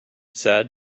said